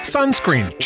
Sunscreen